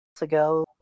ago